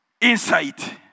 Insight